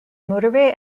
motorway